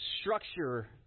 structure